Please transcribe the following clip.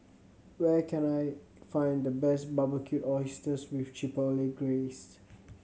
where can I find the best Barbecued Oysters with Chipotle Glaze